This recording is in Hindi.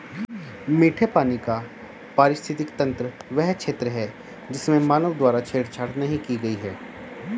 मीठे पानी का पारिस्थितिकी तंत्र वह क्षेत्र है जिसमें मानव द्वारा छेड़छाड़ नहीं की गई है